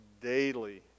daily